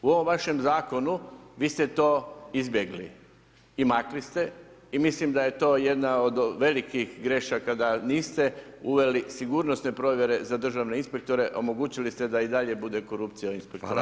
U ovom vašem zakonu vi ste to izbjegli i makli ste i mislim da je to jedna od velikih grešaka da niste uveli sigurnosne provjere za državne inspektore omogućili ste da i dalje bude korupcija u inspektoratu.